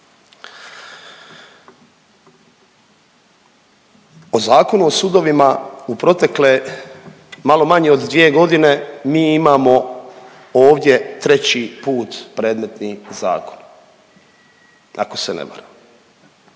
O Zakonu o sudovima u protekle malo manje od 2.g. mi imamo ovdje treći put predmetni zakon, ako se ne varam.